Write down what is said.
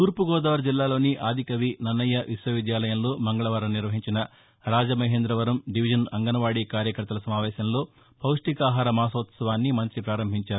తూర్పు గోదావరి జిల్లాలోని ఆదికవి నన్నయ్య విశ్వవిద్యాలయంలో మంగళవారం నిర్వహించిన రాజమహేంద్రవరం డివిజన్ అంగన్వాడీ కార్యకర్తల సమావేశంలో పౌష్ణికాహార మాసోత్సవాన్ని మంత్రి ప్రారంభించారు